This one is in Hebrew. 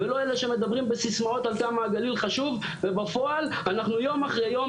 ולא אלו שמדברים בסיסמאות עד כמה הגליל חשוב ובפועל אנחנו יום אחרי יום,